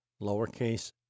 lowercase